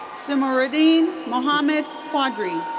sumairuddin mohammed quadri.